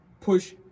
push